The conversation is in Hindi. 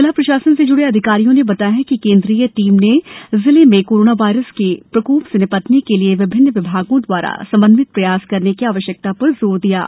जिला प्रशासन से ज्ड़े अधिकारियों ने बताया कि केन्द्रीय टीम ने जिले में कोरोनोवायरस के प्रकोप से निपटने के लिए विभिन्न विभागों दवारा समन्वित प्रयास करने की आवश्यकता पर जोर दिया है